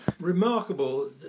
Remarkable